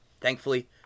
Thankfully